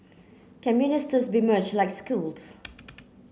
can ministers be merge like schools